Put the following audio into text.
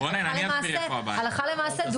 הלכה למעשה,